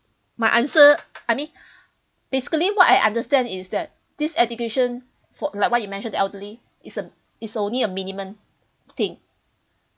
my answer I mean basically what I understand is that this education for like what you mention the elderly is a is only a minimum thing